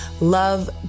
love